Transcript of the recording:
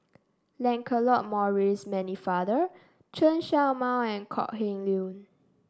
Lancelot Maurice Pennefather Chen Show Mao and Kok Heng Leun